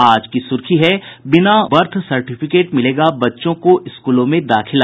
आज की सुर्खी है बिना बर्थ सार्टिफिकेट मिलेगा बच्चों को स्कूलों में दाखिला